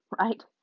right